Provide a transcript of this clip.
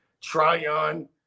Tryon